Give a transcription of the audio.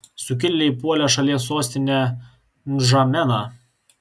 sukilėliai puolė šalies sostinę ndžameną